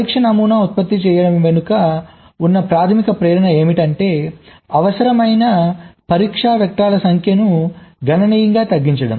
పరీక్ష నమూనా ఉత్పత్తి చేయడం వెనుక ఉన్న ప్రాథమిక ప్రేరణ ఏమిటంటే అవసరమైన పరీక్షా వెక్టర్ల సంఖ్యను గణనీయంగా తగ్గించడం